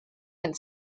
and